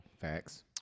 Facts